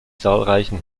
zahlreichen